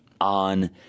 on